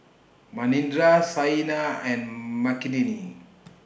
Manindra Saina and Makineni